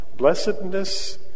Blessedness